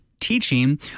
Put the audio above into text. teaching